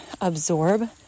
absorb